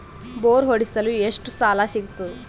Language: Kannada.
ಬೋರ್ ಹೊಡೆಸಲು ಎಷ್ಟು ಸಾಲ ಸಿಗತದ?